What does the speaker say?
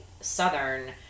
Southern